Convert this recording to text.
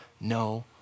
no